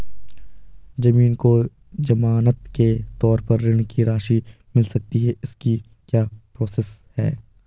ज़मीन को ज़मानत के तौर पर ऋण की राशि मिल सकती है इसकी क्या प्रोसेस है?